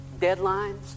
deadlines